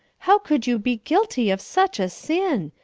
how could you be guilty of such a sin!